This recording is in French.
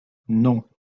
non